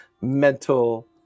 mental